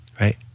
right